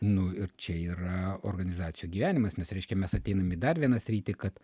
nu ir čia yra organizacijų gyvenimas nes reiškia mes ateinam į dar vieną sritį kad